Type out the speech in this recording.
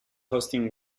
hosting